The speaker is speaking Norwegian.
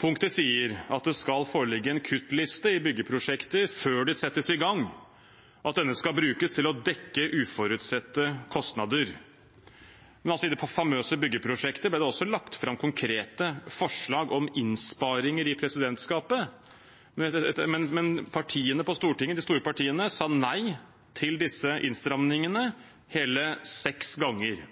Punktet sier at det skal foreligge en kuttliste i byggeprosjekter før det settes i gang, at denne skal brukes til å dekke uforutsette kostnader. I det famøse byggeprosjektet ble det i presidentskapet lagt fram konkrete forslag om innsparinger, men de store partiene på Stortinget sa nei til disse innstramningene hele seks ganger.